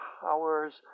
powers